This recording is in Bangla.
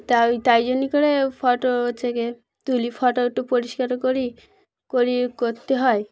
তাই তাই জন্যই করে ফোটো হচ্ছে কি তুলি ফটো একটু পরিষ্কার করি করি করতে হয়